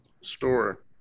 store